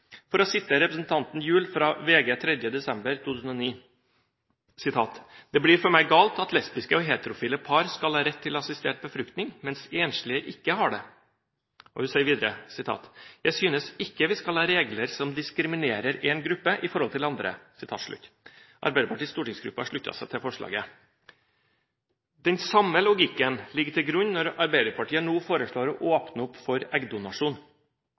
For å sitere representanten Gjul fra VG 3. desember 2009: «Det blir for meg galt at lesbiske og heterofile par skal ha rett til assistert befruktning, mens enslige ikke har det.» Og hun sier videre: «Jeg synes ikke vi skal ha regler som diskriminerer en gruppe i forhold til andre.» Arbeiderpartiets stortingsgruppe har sluttet seg til forslaget. Den samme logikken ligger til grunn når Arbeiderpartiet nå foreslår å åpne opp for eggdonasjon.